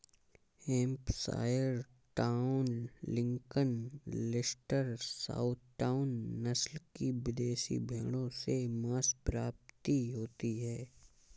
Hampshire Down, Lincoln, Leicester, Southdown, नस्ल की विदेशी भेंड़ों से माँस प्राप्ति होती है